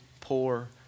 poor